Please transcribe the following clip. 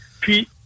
Puis